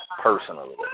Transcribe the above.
personally